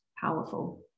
Powerful